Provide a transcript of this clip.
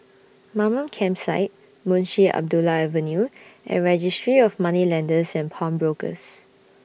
Mamam Campsite Munshi Abdullah Avenue and Registry of Moneylenders and Pawnbrokers